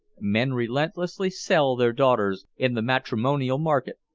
men relentlessly sell their daughters in the matrimonial market,